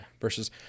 versus